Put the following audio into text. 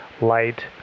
light